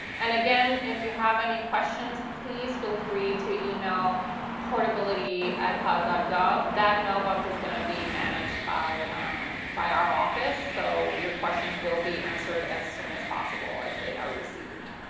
and again, if you have any questions, please feel free to email portability at hud gov. that mailbox is going to be managed by by our office, so your questions will be answered as soon as possible as they are received.